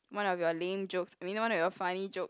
one of your lame jokes I mean one of your funny joke